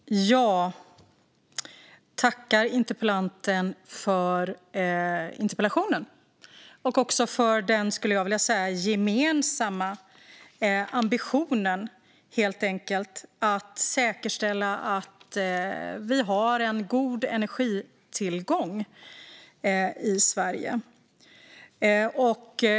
Fru talman! Jag tackar interpellanten för interpellationen och för den, skulle jag vilja säga, gemensamma ambitionen att säkerställa att vi har en god energitillgång i Sverige.